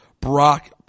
Brock